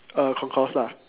on course lah